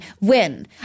win